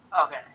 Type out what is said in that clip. okay